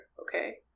okay